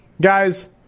guys